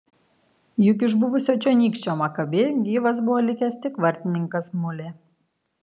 juk iš buvusio čionykščio makabi gyvas buvo likęs tik vartininkas mulė